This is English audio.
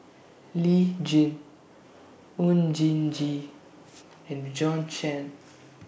Lee Tjin Oon Jin Gee and Bjorn Shen